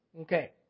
Okay